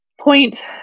point